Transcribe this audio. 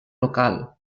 local